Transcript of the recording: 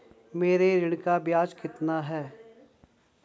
मेरे ऋण का ब्याज कितना है?